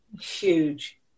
Huge